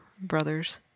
Brothers